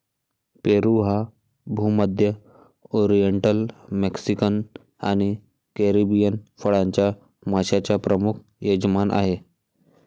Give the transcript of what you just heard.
पेरू हा भूमध्य, oriental, Mexican आणि कॅरिबियन फळांच्या माश्यांचा प्रमुख यजमान आहे